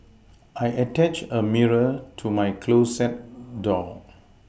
I attached a mirror to my closet door